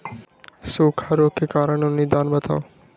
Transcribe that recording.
सूखा रोग के कारण और निदान बताऊ?